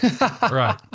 Right